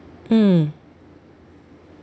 mm